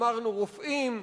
אמרנו רופאים.